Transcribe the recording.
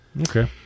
Okay